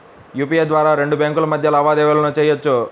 UPI ద్వారా రెండు బ్యేంకుల మధ్య లావాదేవీలను చెయ్యొచ్చు